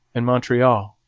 and montreal.